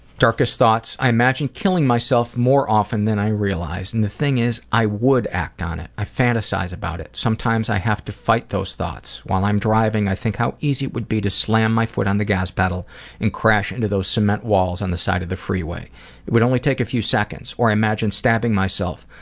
darkest thoughts? i imagine killing myself more often than i realize and the thing is i would act on it, i fantasize about it. sometimes i have to fight those thoughts. when i driving, i think about how easy it would be to slam my foot on the gas pedal and crash into those cement walls on the side of the freeway. it would only take a few seconds. or i imagine stabbing myself,